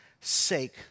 sake